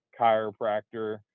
chiropractor